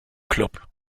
club